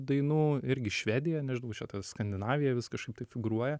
dainų irgi švedija nežinau čia ta skandinavija vis kažkaip tai figūruoja